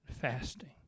fasting